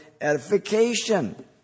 edification